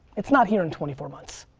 it's not here in twenty four months.